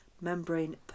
membrane